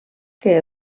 que